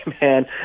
man